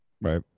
Right